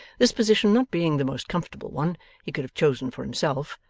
this position not being the most comfortable one he could have chosen for himself,